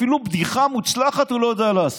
אפילו בדיחה מוצלחת הוא לא יודע לעשות.